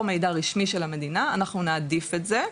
מידע רשמי של המדינה אנחנו נעדיף את זה.